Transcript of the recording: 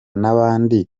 n’abandi